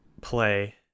play